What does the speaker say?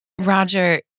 Roger